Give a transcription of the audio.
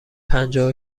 پنجاه